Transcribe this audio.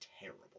terrible